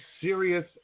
serious